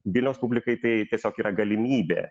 vilniaus publikai tai tiesiog yra galimybė